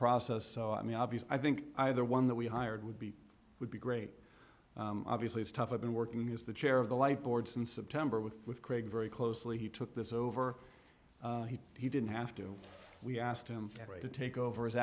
process so i mean obviously i think either one that we hired would be would be great obviously it's tough i've been working as the chair of the light boards and september with with craig very closely he took this over he didn't have to we asked him to take over